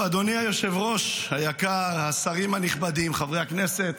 אדוני היושב-ראש היקר, השרים הנכבדים, חברי הכנסת,